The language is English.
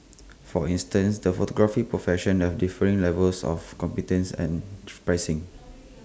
for instance the photography profession have differing levels of competence and pricing